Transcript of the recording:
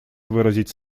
выразить